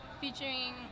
featuring